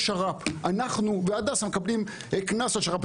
יש שר"פ, אנחנו והדסה מקבלים קנס על שר"פ.